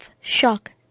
shock